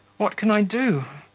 what can i do!